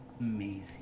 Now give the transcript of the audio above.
Amazing